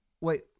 Wait